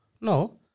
No